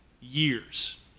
years